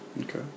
Okay